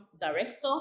Director